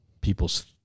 people's